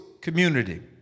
community